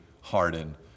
harden